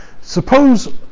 Suppose